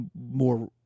more